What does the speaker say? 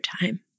time